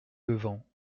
levant